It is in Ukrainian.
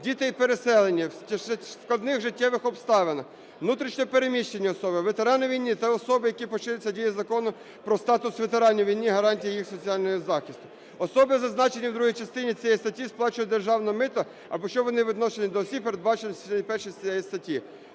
діти і переселені, в складних життєвих обставинах; внутрішньо переміщені особи; ветерани війни та особи, на яких поширюється дія Закону "Про статус ветеранів війни і гарантії соціального захисту". Особи, зазначені в другій частині цієї статті, сплачують державне мито, якщо вони не віднесені до осіб, передбачених в частині першій цієї статті".